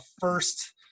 first